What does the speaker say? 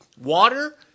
water